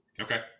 Okay